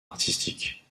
artistique